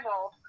old